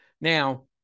Now